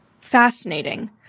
Fascinating